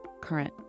current